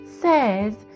says